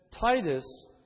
Titus